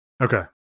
Okay